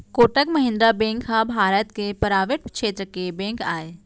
Kotak Mahindra bank ह भारत के private छेत्र के बेंक आय